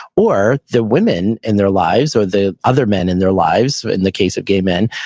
or the women in their lives or the other men in their lives, in the case of gay men,